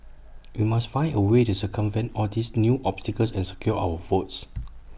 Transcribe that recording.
we must find A way to circumvent all these new obstacles and secure our votes